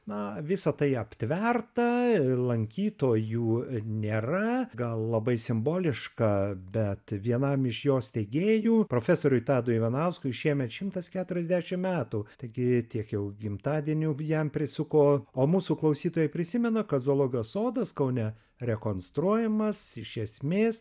na visa tai aptverta lankytojų nėra gal labai simboliška bet vienam iš jo steigėjų profesoriui tadui ivanauskui šiemet šimtas keturiasdešim metų taigi tiek jau gimtadienių jam prisuko o mūsų klausytojai prisimena kad zoologijos sodas kaune rekonstruojamas iš esmės